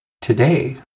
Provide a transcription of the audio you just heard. Today